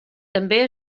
també